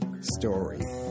story